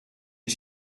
est